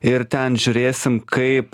ir ten žiūrėsim kaip